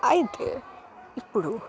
అయితే ఇప్పుడు